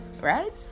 right